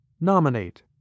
Nominate